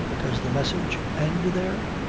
does the message end there?